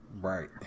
Right